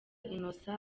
innocent